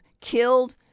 killed